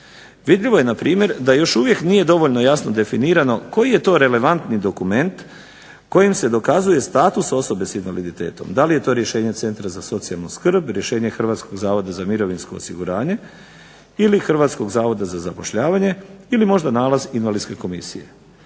Vidljivo je npr. da još uvijek nije dovoljno jasno definirano koji je to relevantni dokument kojim se dokazuje status osobe s invaliditetom, da li je to rješenje centra za socijalnu skrb, rješenje Hrvatskog zavoda za mirovinsko osiguranje ili Hrvatskog zavoda za zapošljavanje ili možda nalaz invalidske komisije.